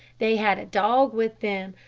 they had a dog with them,